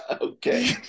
Okay